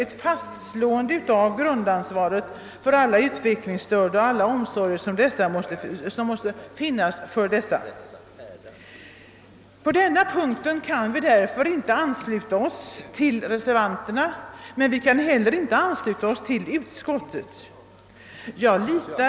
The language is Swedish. Det skall fastslås ett grundansvar för alla utvecklingsstörda. Omsorgen om dem måste finnas med. Vi kan därför inte ansluta oss till reservanterna på den punkten. Men inte heller kan vi ansluta oss till utskottets skrivning.